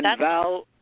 Val